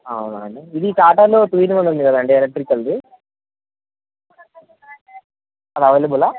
అవునా అండి ఇది టాటాలో టూ ఇన్ వన్ ఉంది కదా అండి ఎలక్ట్రికల్ ది అది అవైలబుల్ ఆ